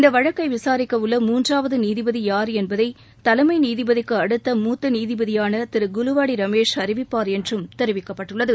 இந்த வழக்கை விசாரிக்க உள்ள மூன்றாவது நீதிபதி யார் என்பதை தலைமை நீதிபதிக்கு அடுத்த மூத்த நீதிபதியான திரு குலுவாடி ரமேஷ் அறிவிப்பார் என்றும் தெரிவிக்கப்பட்டுள்ளது